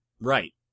Right